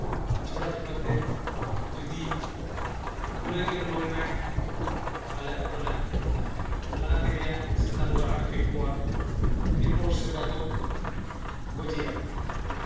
ᱡᱷᱚᱲᱟᱼᱡᱷᱚᱲᱟᱛᱮ ᱡᱩᱫᱤ ᱠᱩᱞᱟᱹᱭ ᱜᱮ ᱩᱰᱩᱠ ᱮᱱᱟᱭ ᱛᱟᱦᱞᱮ ᱟᱫᱚᱞᱮ ᱞᱟᱜᱟ ᱠᱮᱫᱮᱭᱟ ᱥᱮᱛᱟ ᱠᱚᱞᱮ ᱟᱲᱟᱜ ᱠᱮᱫ ᱠᱚᱣᱟ ᱮᱨᱯᱚᱨ ᱥᱮᱛᱟ ᱠᱚ ᱜᱚᱡᱮᱭᱟ